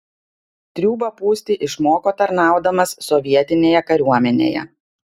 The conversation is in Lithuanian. triūbą pūsti išmoko tarnaudamas sovietinėje kariuomenėje